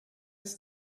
ist